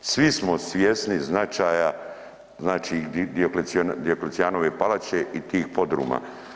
Svi smo svjesni značaja, znači, Dioklecijanove palače i tih podruma.